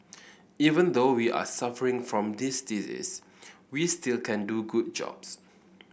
even though we are suffering from this disease we still can do good jobs